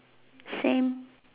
same